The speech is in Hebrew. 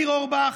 ניר אורבך,